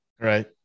Right